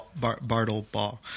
Bartleball